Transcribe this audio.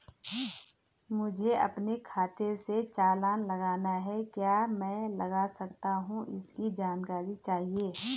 मुझे अपने खाते से चालान लगाना है क्या मैं लगा सकता हूँ इसकी जानकारी चाहिए?